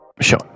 Sure